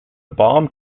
bomb